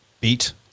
beat